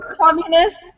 Communists